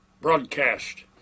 broadcast